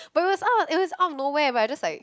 but it was up it was up nowhere but it just like